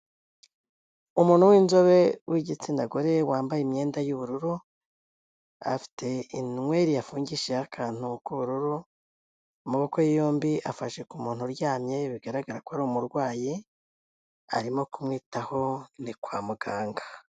Umuntu w'inzobe w'igitsina gore wambaye imyenda y'ubururu, afite inweri yafungishijeho akantu k'ubururu, amaboko ye yombi afashe ku muntu uryamye bigaragara ko ari umurwayi, arimo kumwitaho ni kwa muganga.